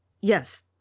yes